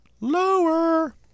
Lower